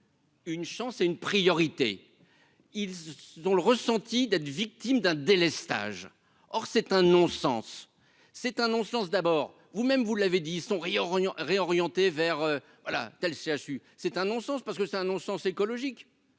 Une chance est une priorité, il dont le ressenti d'être victime d'un délestage, or c'est un non-sens, c'est un non-sens d'abord vous même, vous l'avez dit son rayon réorienter vers voilà tel CHU, c'est un non-sens parce que c'est un non-sens écologique,